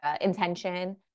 intention